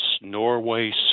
Norway